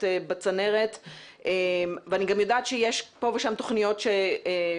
בצנרת ואני גם יודעת שיש פה ושם תוכניות שנעצרו.